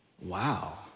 wow